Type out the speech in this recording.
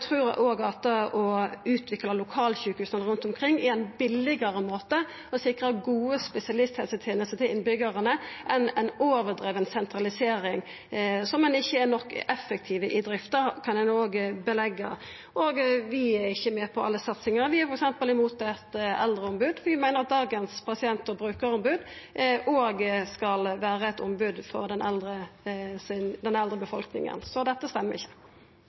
trur òg at å utvikla lokalsjukehusa rundt omkring er ein billigare måte å sikra gode spesialisthelsetenester til innbyggjarane på enn ei overdriven sentralisering – der ein ikkje er effektiv nok i drifta, kan ein òg stadfesta. Vi er ikkje med på alle satsingar, vi er f.eks. imot eit eldreombod, for vi meiner at dagens pasient- og brukarombod òg skal vera eit ombod for den eldre befolkninga. Så dette stemmer ikkje.